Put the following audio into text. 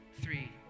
three